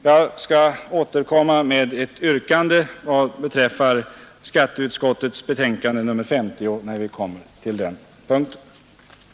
Jag skall återkomma med ett yrkande vad beträffar skatteutskottets betänkande nr 50 när vi kommer till den punkten.